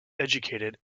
educated